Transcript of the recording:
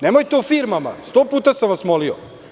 Nemojte o firmama, sto puta sam vas molio.